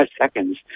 seconds